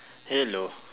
hello